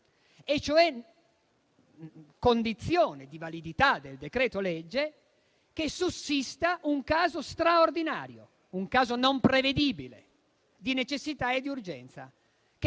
È cioè condizione di validità del decreto-legge che sussista un caso straordinario, non prevedibile, di necessità e di urgenza, che